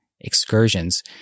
excursions